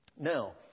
Now